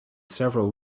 several